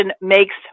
makes